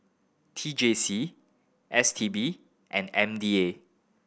T J C S T B and M D A